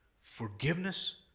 forgiveness